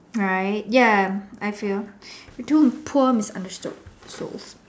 right ya I feel we do poor misunderstood so